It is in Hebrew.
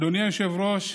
אדוני היושב-ראש,